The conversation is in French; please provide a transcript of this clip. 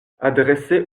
adresser